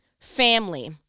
family